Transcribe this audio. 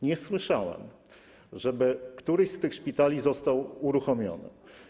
Nie słyszałem, żeby któryś z tych szpitali został uruchomiony.